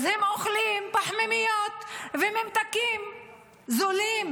אז הם אוכלים פחמימות וממתקים זולים,